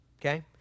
Okay